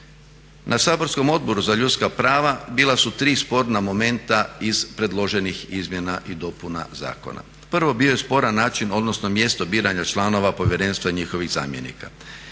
Na saborskom Odboru za ljudska prava bila su tri sporna momenta iz predloženih izmjena i dopuna zakona. Prvo, bio je sporan način odnosno mjesto biranja članova povjerenstva i njihovih zamjenika.